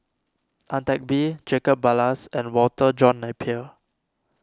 Ang Teck Bee Jacob Ballas and Walter John Napier